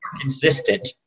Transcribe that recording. consistent